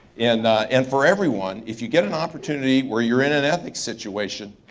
and and for everyone, if you get an opportunity where you're in an ethics situation,